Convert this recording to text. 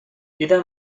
دیدم